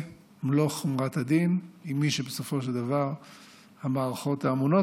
מלוא חומרת הדין עם מי שבסופו של דבר המערכות האמונות